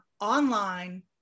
online